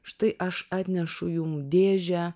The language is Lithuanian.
štai aš atnešu jum dėžę